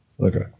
Okay